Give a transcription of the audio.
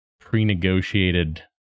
pre-negotiated